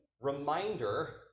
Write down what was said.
Reminder